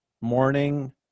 morning